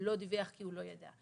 שלא דיווח כי הוא לא ידע.